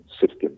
system